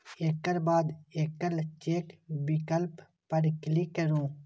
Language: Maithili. एकर बाद एकल चेक विकल्प पर क्लिक करू